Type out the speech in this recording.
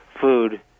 food